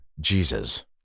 Jesus